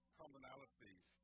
commonalities